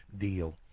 deal